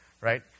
right